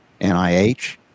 NIH